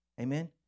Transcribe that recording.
amen